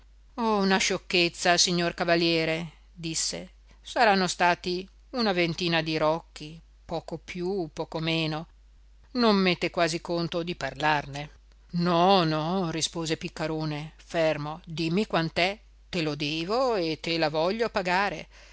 mortificato una sciocchezza signor cavaliere disse saranno stati una ventina di rocchi poco più poco meno non mette quasi conto di parlarne no no rispose piccarone fermo dimmi quant'è te la devo e te la voglio pagare